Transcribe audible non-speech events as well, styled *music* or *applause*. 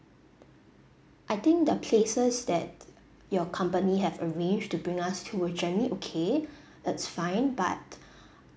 I think the places that your company have arranged to bring us to a journey okay *breath* it's fine but